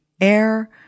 air